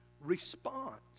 response